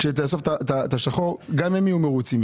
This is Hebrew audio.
כשתאסוף את השחור, גם הם יהיו מרוצים.